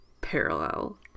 parallel